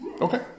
Okay